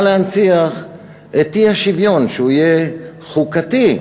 הוא בא להנציח את האי-שוויון, שהוא יהיה חוקתי.